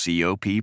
COP